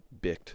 bicked